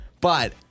But-